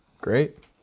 Great